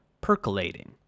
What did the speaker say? percolating